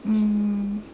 um